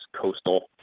coastal